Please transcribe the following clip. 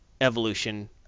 evolution